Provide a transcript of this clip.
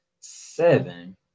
Seven